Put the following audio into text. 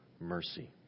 mercy